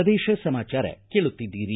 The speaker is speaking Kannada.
ಪ್ರದೇಶ ಸಮಾಚಾರ ಕೇಳುತ್ತಿದ್ದೀರಿ